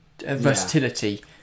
versatility